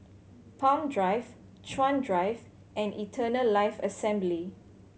Palm Drive Chuan Drive and Eternal Life Assembly